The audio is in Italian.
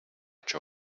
ciò